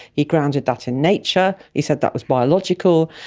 he grounded that in nature, he said that was biological,